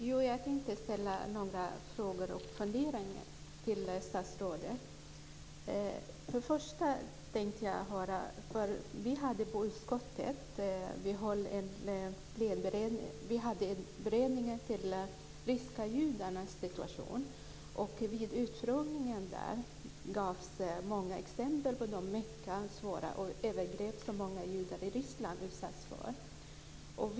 Herr talman! Jag har några frågor och funderingar till statsrådet. Vi hade i utskottet en beredning om de ryska judarnas situation. Vid utfrågningen gavs många exempel på de svåra övergrepp som många judar i Ryssland har utsatts för.